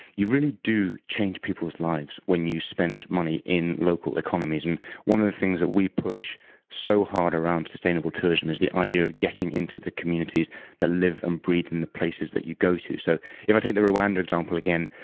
you really do change people's lives when you spend money in local economies. and one of the things that we push so hard around sustainable tourism is the idea of getting into the communities that live and breathe in the places that you go to so if i take the rwanda example again,